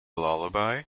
lullaby